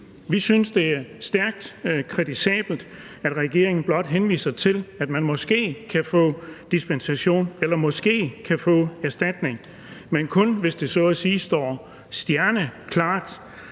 Vi synes, det er stærkt kritisabelt, at regeringen blot henviser til, at man måske kan få dispensation eller måske kan få erstatning, men kun hvis det så at sige står stjerneklart,